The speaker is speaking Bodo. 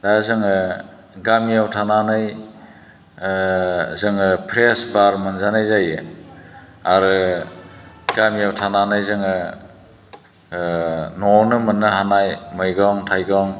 दा जोङो गामियाव थानानै जोङो फ्रेस बार मोनजानाय जायो आरो गामियाव थानानै जोङो न'आवनो मोननो हानाय मैगं थाइगं